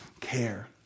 care